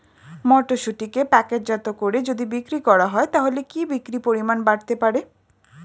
মটরশুটিকে প্যাকেটজাত করে যদি বিক্রি করা হয় তাহলে কি বিক্রি পরিমাণ বাড়তে পারে?